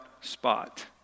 spot